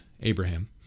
abraham